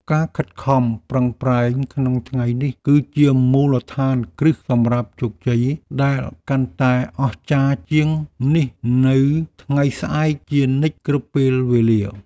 ការខិតខំប្រឹងប្រែងក្នុងថ្ងៃនេះគឺជាមូលដ្ឋានគ្រឹះសម្រាប់ជោគជ័យដែលកាន់តែអស្ចារ្យជាងនេះនៅថ្ងៃស្អែកជានិច្ចគ្រប់ពេលវេលា។